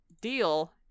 deal